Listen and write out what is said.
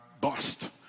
bust